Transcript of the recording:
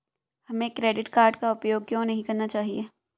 हमें credit card का उपयोग क्यों नहीं करना चाहिए?